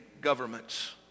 governments